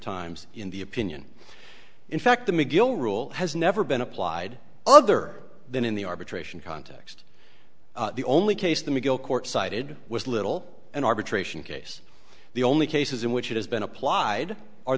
times in the opinion in fact the mcgill rule has never been applied other than in the arbitration context the only case the mcgill court cited was little an arbitration case the only cases in which it has been applied are